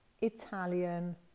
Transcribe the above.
Italian